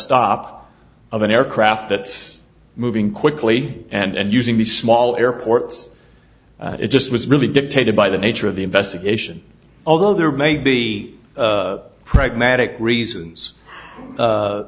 stop of an aircraft that's moving quickly and using the small airports it just was really dictated by the nature of the investigation although there may be pragmatic reasons